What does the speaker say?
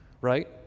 right